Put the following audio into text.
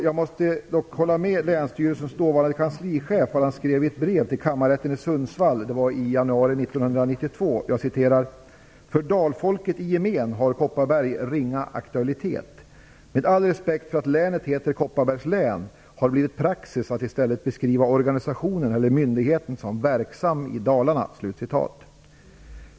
Jag måste dock hålla med länsstyrelsens dåvarande kanslichef vad han sade i ett brev till kammarrätten i Sundsvall i januari 1992: "För dalfolket i gemen har Kopparberg ringa aktualitet. Med all respekt för att länet heter Kopparbergs län har det blivit praxis att i stället beskriva organisationen eller myndigheten som verksam i Dalarna."